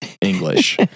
English